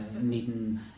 needing